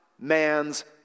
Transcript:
man's